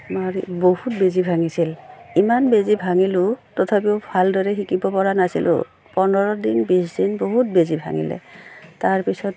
আমাৰ বহুত বেজী ভাঙিছিল ইমান বেজী ভাঙিলোঁ তথাপিও ভালদৰে শিকিব পৰা নাছিলোঁ পোন্ধৰ দিন বিছ দিন বহুত বেজী ভাঙিলে তাৰ পিছত